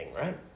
right